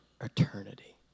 eternity